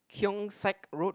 Keong-Saik road